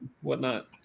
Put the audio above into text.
whatnot